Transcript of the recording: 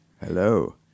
Hello